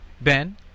Ben